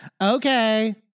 okay